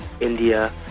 India